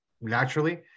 naturally